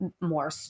more